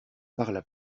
parla